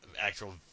actual